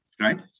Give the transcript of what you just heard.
right